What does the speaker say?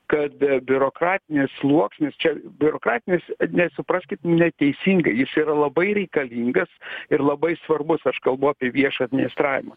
kad biurokratinis sluoksnis čia biurokratinis nesupraskit neteisingai jis yra labai reikalingas ir labai svarbus aš kalbu apie viešą administravimą